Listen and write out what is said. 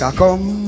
come